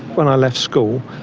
when i left school,